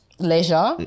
Leisure